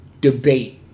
debate